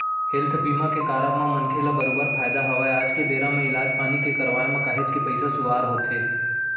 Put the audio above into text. health बीमा के कारब म मनखे ल बरोबर फायदा हवय आज के बेरा म इलाज पानी के करवाय म काहेच के पइसा खुवार होथे